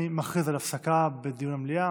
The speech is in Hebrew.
אני מכריז על הפסקה בדיוני המליאה.